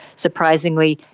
surprisingly,